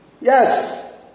Yes